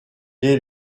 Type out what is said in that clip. est